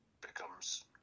becomes